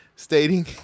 Stating